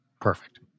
Perfect